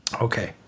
Okay